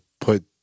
put